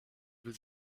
will